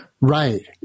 Right